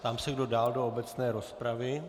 Ptám se, kdo dál do obecné rozpravy?